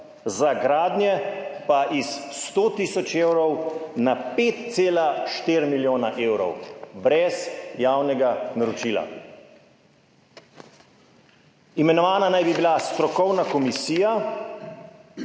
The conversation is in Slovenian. Za gradnje pa iz 100 tisoč evrov na 5,4 milijona evrov brez javnega naročila. Imenovana naj bi bila strokovna komisija,